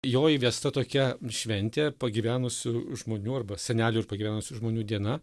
jo įvesta tokia šventė pagyvenusių žmonių arba senelių ir pagyvenusių žmonių diena